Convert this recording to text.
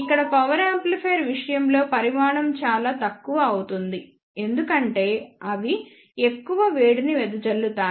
ఇక్కడ power amplifier విషయంలో పరిమాణం చాలా ఎక్కువ అవుతుంది ఎందుకంటే అవి ఎక్కువ వేడిని వెదజల్లుతాయి